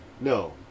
No